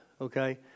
okay